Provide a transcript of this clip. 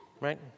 right